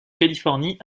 californie